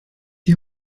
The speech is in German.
die